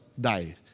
die